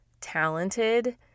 talented